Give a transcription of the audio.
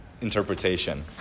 interpretation